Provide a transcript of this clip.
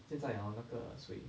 现在 hor 那个水